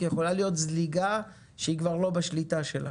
יכולה להיות זליגה שהיא כבר לא בשליטה שלך.